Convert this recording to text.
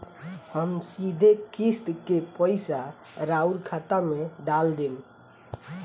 हम सीधे किस्त के पइसा राउर खाता में डाल देम?